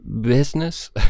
business